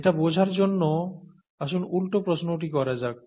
এটা বোঝার জন্য আসুন উল্টো প্রশ্নটি করা যাক